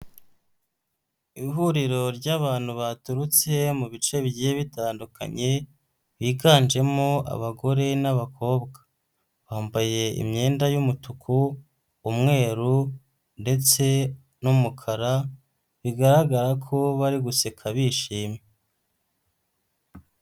Ihuriro ry'abantu baturutse mu bice bigiye bitandukanye biganjemo abagore n'abakobwa, bambaye imyenda y’umutuku, umweru ndetse n'umukara, bigaragara ko bari guseka bishimye.